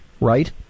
right